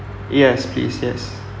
yes please yes